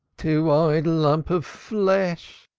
two-eyed lump of flesh,